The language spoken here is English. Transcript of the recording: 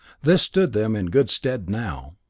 this stood them in good stead now.